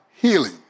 healing